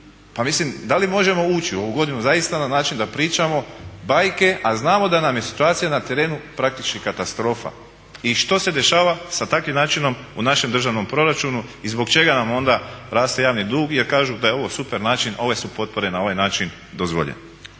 Pa mislim da li možemo ući u ovu godinu zaista na način da pričamo bajke a znamo da nam je situacija na terenu praktički katastrofa. I što se dešava sa takvim načinom u našem državnom proračunu i zbog čega nam onda raste javni dug jer kažu da je ovo super način, ove su potpore na ovaj način dozvoljene.